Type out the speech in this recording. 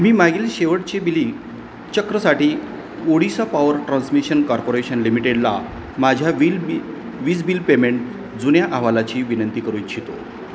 मी मागील शेवटची बिली चक्रसाठी ओडिसा पावर ट्रान्समिशन कॉर्पोरेशन लिमिटेडला माझ्या व्हील बि वीजबिल पेमेंट जुन्या अहवालाची विनंती करू इच्छितो